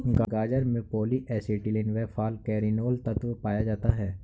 गाजर में polyacetylene व फालकैरिनोल तत्व पाया जाता है